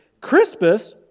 Crispus